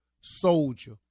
soldier